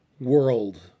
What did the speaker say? world